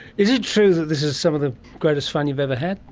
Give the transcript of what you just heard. is it true that this is some of the greatest fun you've ever had?